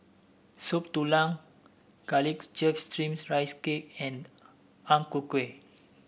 Soup Tulang Garlic Chives Steamed Rice Cake and Ang Ku Kueh